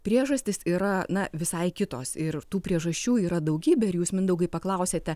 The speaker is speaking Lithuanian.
priežastys yra na visai kitos ir tų priežasčių yra daugybė ir jūs mindaugai paklausėte